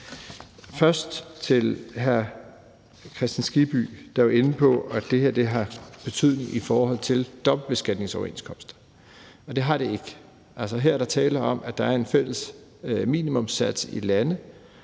sige til hr. Hans Kristian Skibby, der var inde på, at det her har betydning i forhold til dobbeltbeskatningsoverenskomster: Det har det ikke. Altså, her er der tale om, at der er en fælles minimumssats i landene,